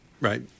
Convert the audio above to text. right